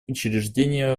учреждение